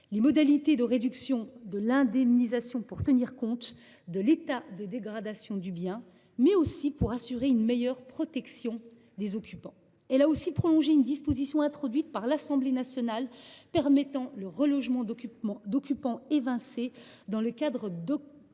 les modalités de réduction de l’indemnisation pour tenir compte de l’état de dégradation du bien. Nous souhaitons également assurer une meilleure protection des occupants. Elle a aussi prolongé une disposition introduite par l’Assemblée nationale permettant le relogement d’occupants évincés dans le cadre d’actions